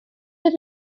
oedd